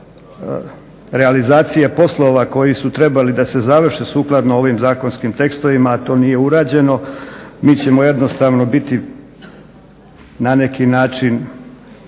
realizacije poslova koji su trebali da se završe sukladno ovim zakonskim tekstovima a to nije urađeno, mi ćemo jednostavno biti na neki način,